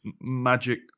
magic